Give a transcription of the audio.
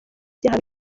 ibyaha